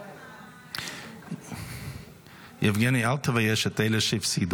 שמע ------ יבגני, אל תבייש את אלה שהפסידו.